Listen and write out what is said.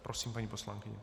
Prosím, paní poslankyně.